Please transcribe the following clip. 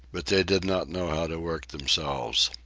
but they did not know how to work themselves.